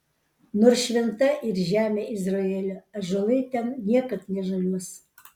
nors šventa yr žemė izraelio ąžuolai ten niekad nežaliuos